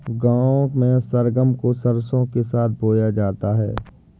गांव में सरगम को सरसों के साथ बोया जाता है